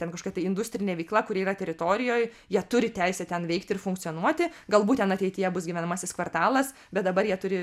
ten kažkokia tai industrinė veikla kuri yra teritorijoj jie turi teisę ten veikti ir funkcionuoti galbūt ten ateityje bus gyvenamasis kvartalas bet dabar jie turi